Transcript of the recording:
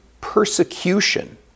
persecution